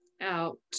out